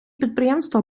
підприємства